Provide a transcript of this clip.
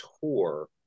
tour